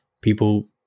people